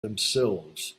themselves